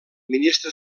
ministre